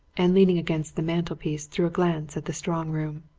and leaning against the mantelpiece threw a glance at the strong room.